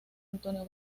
antonio